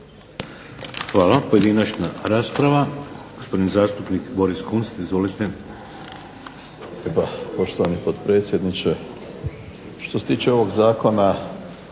Hvala. Pojedinačna rasprava. Gospodin zastupnik Boris Kunst, izvolite. **Kunst, Boris (HDZ)** Poštovani potpredsjedniče, što se tiče ovog zakona,